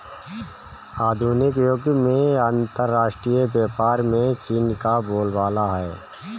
आधुनिक युग में अंतरराष्ट्रीय व्यापार में चीन का बोलबाला है